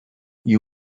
you